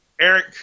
Eric